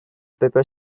paper